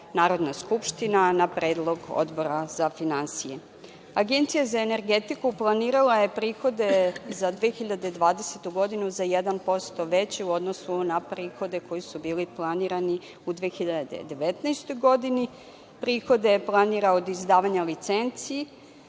Narodna skupština na predlog Odbor za finansije. Agencija za energetiku planirala je prihode za 2020. godinu za 1% veće u odnosu na prihode koji su bili planirani u 2019. godini. Prihode planira od izdavanja licenci.